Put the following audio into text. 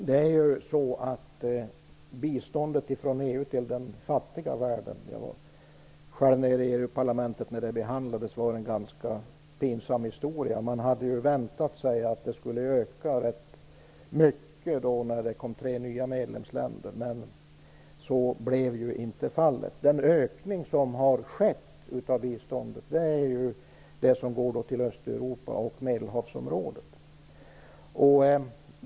Fru talman! Biståndet från EU till den fattiga världen var i parlamentet - jag var själv där när det behandlades - en ganska pinsam historia. Man hade väntat sig att det skulle öka mycket när det kom tre nya medlemsländer. Men så blev inte fallet. Den ökning som har skett av biståndet gäller det som går till Östeuropa och Medelhavsområdet.